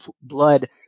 blood